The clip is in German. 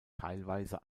teilweise